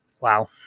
Wow